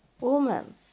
woman